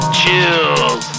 chills